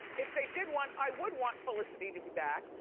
if they did one, i would want felicity to be back.